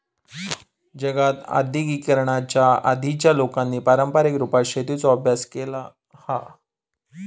जगात आद्यिगिकीकरणाच्या आधीच्या लोकांनी पारंपारीक रुपात शेतीचो अभ्यास केलो हा